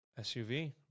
SUV